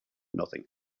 nothing